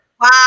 Wow